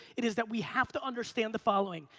it is that we have to understand the following.